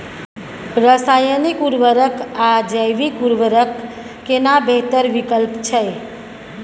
रसायनिक उर्वरक आ जैविक उर्वरक केना बेहतर विकल्प छै?